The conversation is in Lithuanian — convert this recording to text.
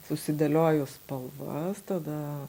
susidėlioju spalvas tada